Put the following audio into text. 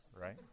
right